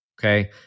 Okay